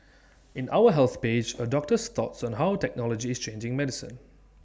in our health page A doctor's thoughts on how technology is changing medicine